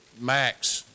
max